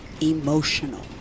emotional